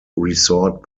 resort